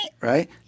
Right